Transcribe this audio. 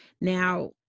Now